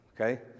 okay